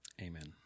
Amen